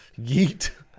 Yeet